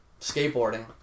skateboarding